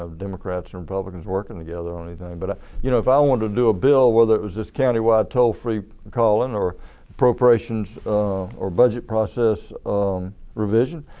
democrats and republicans working together or anything. but ah you know if i wanted to do a bill where there was this county wide toll free call in or appropriations or budget process revision,